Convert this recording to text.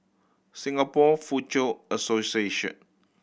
Singapore Foochow Association